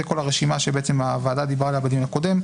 זו כל הרשימה שהוועדה דיברה עליה בדיון הקודם,